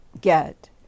get